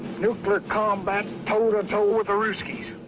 nuclear combat, toe-to-toe with the ruskies.